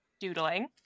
Doodling